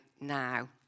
now